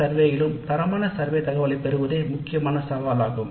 சரியான தரவைப் பெறுவதற்காக கணக்கெடுப்புகளை நிர்வகிக்கவும்